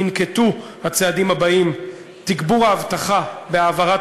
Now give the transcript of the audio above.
ננקטו הצעדים הבאים: תגבור האבטחה בהעברת